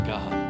God